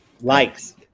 likes